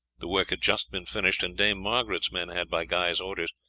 the work had just been finished, and dame margaret's men had, by guy's orders,